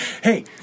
hey